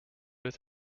with